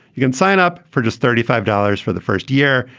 you can sign up for just thirty five dollars for the first year.